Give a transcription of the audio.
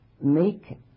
make